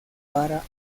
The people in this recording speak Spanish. para